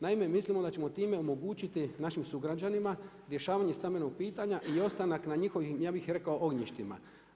Naime, mislimo da ćemo time omogućiti našim sugrađanima rješavanje stambenog pitanja i ostanak na njihovim ja bih rekao ognjištima.